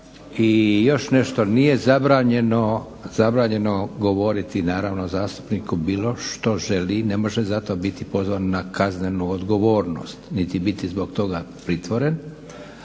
I još nešto nije zabranjeno govoriti naravno zastupnik o bilo što želi, ne može zato biti pozvan na kaznenu odgovornost niti biti zbog toga pritvoren,